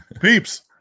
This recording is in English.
peeps